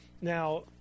now